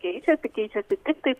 keičiasi keičiasi tik tai